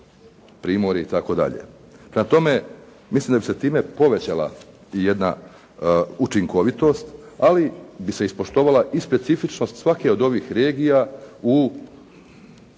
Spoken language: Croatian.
Primorje itd. Prema tome mislim da bi se time povećala i jedna učinkovitost, ali bi se ispoštovala i specifičnost svake od ovih regija po